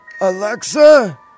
Alexa